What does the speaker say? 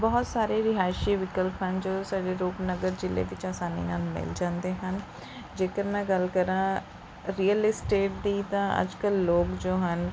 ਬਹੁਤ ਸਾਰੇ ਰਿਹਾਇਸ਼ੀ ਵਿਕਲਪ ਹਨ ਜੋ ਸਾਡੇ ਰੂਪਨਗਰ ਜ਼ਿਲ੍ਹੇ ਵਿੱਚ ਆਸਾਨੀ ਨਾਲ ਮਿਲ ਜਾਂਦੇ ਹਨ ਜੇਕਰ ਮੈਂ ਗੱਲ ਕਰਾਂ ਰੀਅਲ ਇਸਟੇਟ ਦੀ ਤਾਂ ਅੱਜ ਕੱਲ੍ਹ ਲੋਕ ਜੋ ਹਨ